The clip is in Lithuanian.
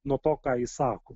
nuo to ką jis sako